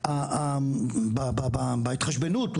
שבהתחשבנות,